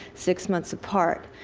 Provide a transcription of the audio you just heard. six months apart.